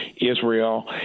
Israel